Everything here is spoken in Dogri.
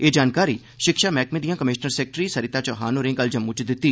एह जानकारी षिक्षा मैह्कमें दियां कमीष्नर सैकेट्ररी सरीता चौहान होरें कल जम्मू इच दित्ती